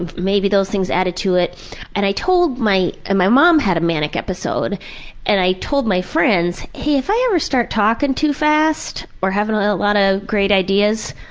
maybe those things added to it and i told my ah my mom had a manic episode and i told my friends, hey, if i ever start talking too fast or have a lot of great ideas,